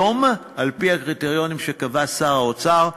היום, על-פי הקריטריונים שקבע שר האוצר,